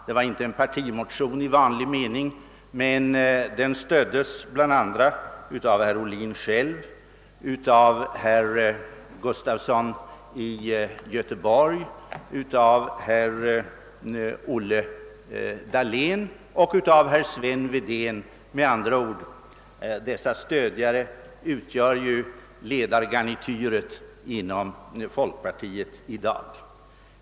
Den var inte en partimotion i vanlig mening, men den stöddes av bl.a. herr Ohlin själv, herr Gustafson i Göteborg, herr Olle Dahlén och herr Sven Wedén — och dessa stödjare utgör ju ledargarnityret inom folkpartiet i dag.